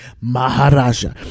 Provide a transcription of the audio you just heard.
Maharaja